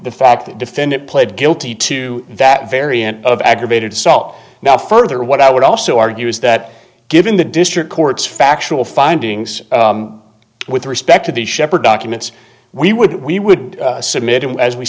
the fact that defendant pled guilty to that variant of aggravated assault now further what i would also argue is that given the district court's factual findings with respect to the shepherd documents we would we would submit it as we